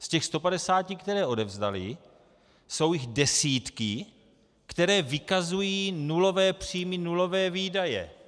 Z těch 150, které odevzdaly, jsou jich desítky, které vykazují nulové příjmy, nulové výdaje.